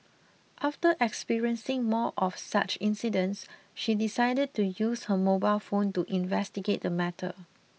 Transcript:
after experiencing more of such incidents she decided to use her mobile phone to investigate the matter